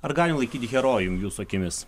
ar galim laikyt herojum jūsų akimis